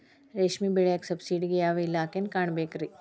ರೇಷ್ಮಿ ಬೆಳಿಯಾಕ ಸಬ್ಸಿಡಿಗೆ ಯಾವ ಇಲಾಖೆನ ಕಾಣಬೇಕ್ರೇ?